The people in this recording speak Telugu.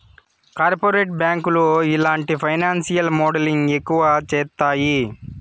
కార్పొరేట్ బ్యాంకులు ఇలాంటి ఫైనాన్సియల్ మోడలింగ్ ఎక్కువ చేత్తాయి